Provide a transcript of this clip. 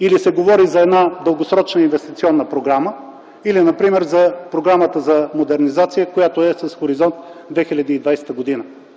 Или се говори за една дългосрочна инвестиционна програма, или, например, за програмата за модернизация, която е хоризонт 2020 г.